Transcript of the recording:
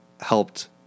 helped